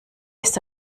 ist